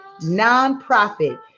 nonprofit